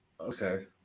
okay